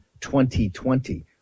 2020